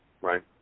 Right